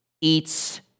eats